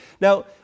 Now